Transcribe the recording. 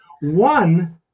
One